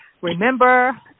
remember